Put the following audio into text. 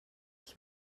ich